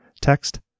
text